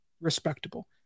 respectable